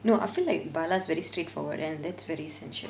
no I feel like bala's very straightforward and that's very sensual